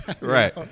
right